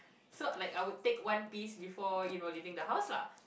so like I would take one piece before you know leaving the house lah